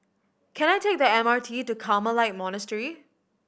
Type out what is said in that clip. can I take the M R T to Carmelite Monastery